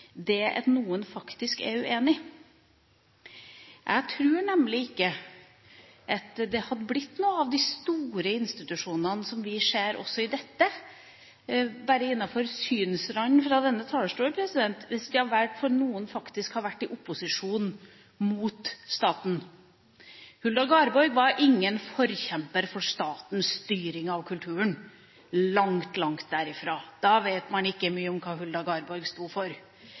det at noen faktisk er uenig? Jeg tror nemlig ikke at det hadde blitt noe av de store institusjonene, som vi ser også innenfor synsfeltet fra denne talerstol, hvis det ikke hadde vært for at noen faktisk var i opposisjon mot staten. Hulda Garborg var ingen forkjemper for statens styring av kulturen – langt, langt ifra. Hvis man tror det, vet man ikke mye om hva Hulda Garborg sto for.